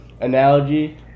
analogy